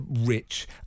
rich